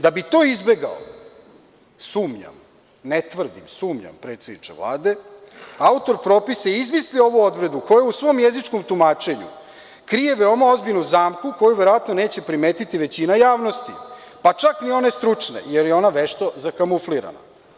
Da bi to izbegao, sumnjam, ne tvrdim, sumnjam, predsedniče Vlade, autor propisa je izmislio ovu odredbu koja u svom jezičkom tumačenju krije veoma ozbiljnu zamku koju verovatno neće primetiti većina javnosti, pa čak ni one stručne, jer je ona vešto zakamuflirana.